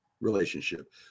relationship